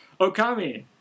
Okami